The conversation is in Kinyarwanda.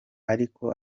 ariko